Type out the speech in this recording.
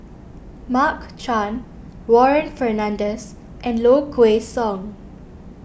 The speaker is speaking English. Mark Chan Warren Fernandez and Low Kway Song